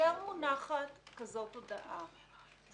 כאשר מונחת כזאת הודעה,